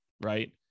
Right